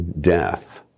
death